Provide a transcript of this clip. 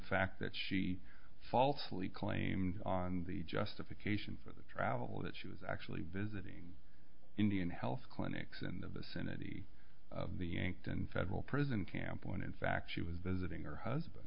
fact that she falsely claimed on the justification for the travel that she was actually visiting indian health clinics in the vicinity of the yankton federal prison camp when in fact she was visiting her husband